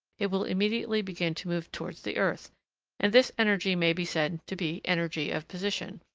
it will immediately begin to move towards the earth and this energy may be said to be energy of position,